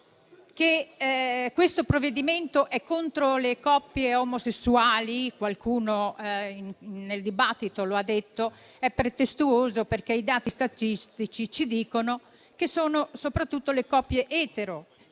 che il provvedimento è contro le coppie omosessuali, come qualcuno nel dibattito ha detto, è pretestuoso, perché i dati statistici ci dicono che sono soprattutto le coppie etero